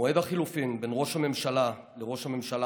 מועד החילופים בין ראש הממשלה לראש הממשלה